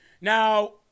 Now